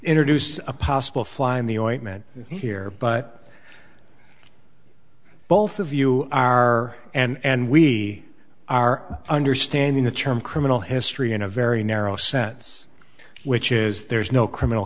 introduce a possible fly in the ointment here but both of you are and we are understanding the term criminal history in a very narrow sense which is there's no criminal